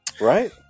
right